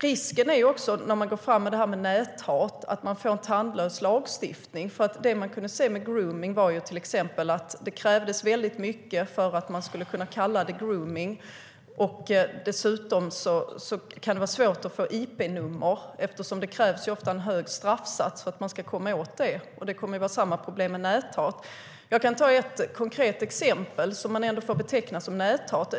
Risken är att man får en tandlös lagstiftning också mot näthat. Det man kunnat se med gromning är till exempel att det krävs väldigt mycket för att man ska kunna kalla det gromning. Dessutom kan det vara svårt att få fram ip-nummer, eftersom det ofta krävs en hög straffsats för att komma åt dem. Det kommer att vara samma problem med näthat. Jag kan ta ett konkret exempel som man ändå får beteckna som näthat.